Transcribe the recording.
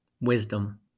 wisdom